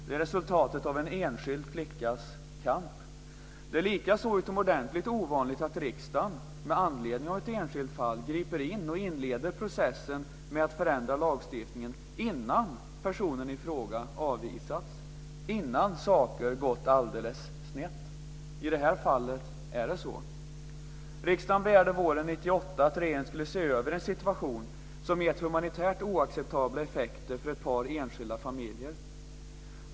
Det är resultatet av en enskild flickas kamp. Det är likaså utomordentligt ovanligt att riksdagen med anledning av ett enskilt fall griper in och inleder processen med att förändra lagstiftningen innan personen i fråga avvisats, innan saker gått alldeles snett. I det här fallet är det så. Riksdagen begärde våren 1998 att regeringen skulle se över en situation som gett humanitärt oacceptabla effekter för ett par enskilda familjer.